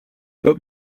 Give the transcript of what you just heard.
but